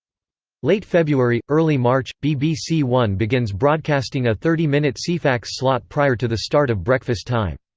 late february early march b b c one begins broadcasting a thirty minute ceefax slot prior to the start of breakfast time.